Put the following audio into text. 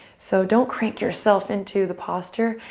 so don't crank yourself into the posture.